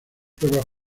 pruebas